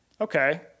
Okay